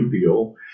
deal